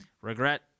regret